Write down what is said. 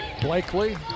Blakely